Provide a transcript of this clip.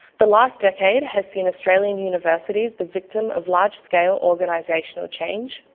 the last decade has seen australian universities the victim of large scale organisational change,